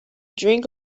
drink